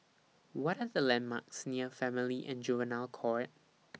What Are The landmarks near Family and Juvenile Court